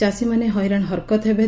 ଚାଷୀମାନେ ହଇରାଶ ହରକତ ହେବେ